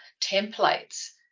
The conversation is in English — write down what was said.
templates